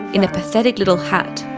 in a pathetic little hut